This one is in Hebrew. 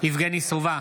יבגני סובה,